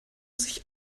sich